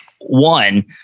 One